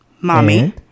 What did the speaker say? Mommy